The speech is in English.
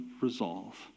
resolve